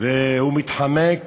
והוא מתחמק